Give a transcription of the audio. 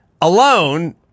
alone